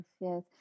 yes